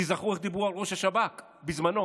תיזכרו איך דיבר על ראש השב"כ בזמנו